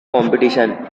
competition